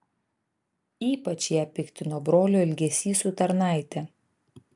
ypač ją piktino brolio elgesys su tarnaite